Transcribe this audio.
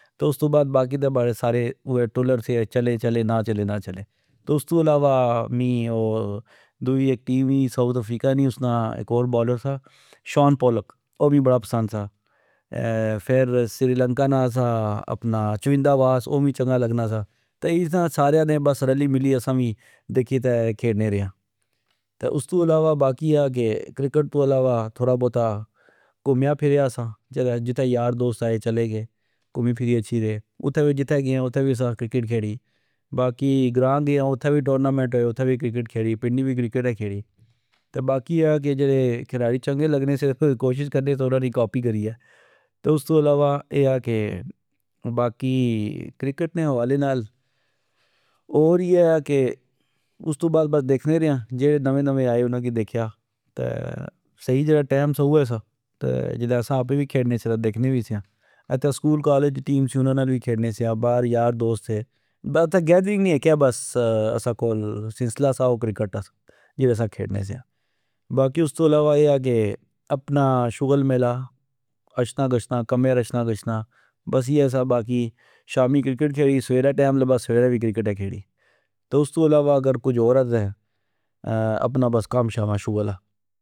تو استو بعد باقی تہ سارے اوے ٹلر سے چلے چلے نا چلے نا چلے۔ استو علاوا می او دوئی اک ٹیم ای سؤتھ افریکہ نی ،اسنا اک ہور بؤلر سا شان پولک ۔او می بڑا پسند سا ،فر سریلنکا نا سا ،اپنا چوندا باز او می چنگا لگنا سا، تہ اسنا ساریا نے بس رلی ملی اسا وی دیکھی تہ کھینے رے آ۔ تہ استو علاوہ باقی اے آ کہ ،کرکت تو علاوہ تھوڑا بورا کمیا پھریا ساجتھہ یار دوست آئے چلے گئے ۔کمی پھری اچھی رے۔ اتھے وی جتھے گئے آ اتھہ اسا کرکٹ کھیڑی ۔باقی گراں گئے آ اتہ وی ٹورنا منٹ اتھے وی کرکٹ کھیڑی ،پنڈی وی کرکٹ کھیڑی ۔تہ باقی اے آ کہ جیڑے کھلاڑی چنگے لگنے سے کوشش کرنے سیا انا نی کاپی کریہ۔ تہ استو علاوہ اے آ کہ کرکٹ نے حوالے نال اور اییہ آ کہ، استو بعد بس دیکھنے رے آ ،جیڑے نوے نوے آئے انا کی دیکھیا ،سئی جیڑا ٹئم سا اوہ سا ،تہ جسہ آپے وی کھیلنے سیا دیکھنے وی سیا ،اتھہ سکول کالج نی ٹیم سی انا نال وی کھینے سیا بار یار دوست سے ۔اتے گیدرنگ نی اکہ ساڑے کول سلسلہ سا او کرکٹ سا جیڑا اسا کھیلنے سیا۔ باقی استو علاوہ اے آ کہ اپنا شغل میلہ اچھنا گچھنا کمہ ال اچھنا گچھنا بس اییہ سا ۔باقی شامی کرکٹ کھیڑی سویرہ ٹئم لبا سویرہ وی کرکٹ کھیڑی تہ استو علاواگر کج ہور آ دہ اپنا کم شم آ شغل آ۔